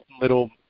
little